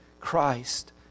Christ